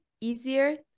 easier